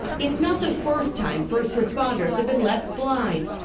it's not the first time first responders have been left blind,